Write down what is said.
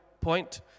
point